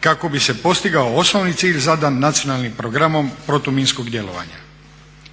kako bi se postigao osnovni cilj zadan Nacionalnim programom protuminskog djelovanja.